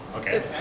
okay